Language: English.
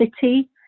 city